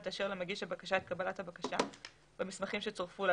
תאשר למגיש הבקשה את קבלת הבקשה והמסמכים שצורפו לה,